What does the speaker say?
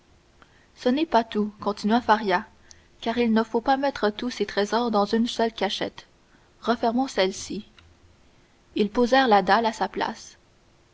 ce n'est pas tout continua faria car il ne faut pas mettre tous ses trésors dans une seule cachette refermons celle-ci ils posèrent la dalle à sa place